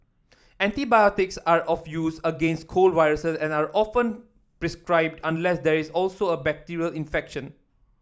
antibiotics are of use against cold viruse and are often prescribed unless there is also a bacterial infection